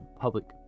public